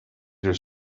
your